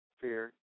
fear